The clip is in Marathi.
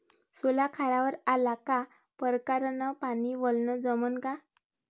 सोला खारावर आला का परकारं न पानी वलनं जमन का?